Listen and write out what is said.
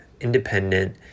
independent